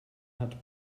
hat